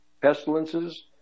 Pestilences